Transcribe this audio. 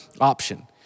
option